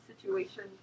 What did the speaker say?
situation